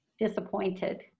disappointed